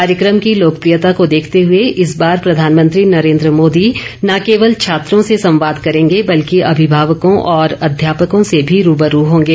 कार्यक्रम की लोकप्रियता को देखते हुए इस बार प्रधानमंत्री नरेन्द्र मोदी न केवल छात्रों से संवाद करेंगे बल्कि अभिभावकों और अध्यापकों से भी रू ब रू होंगे